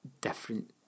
different